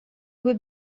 would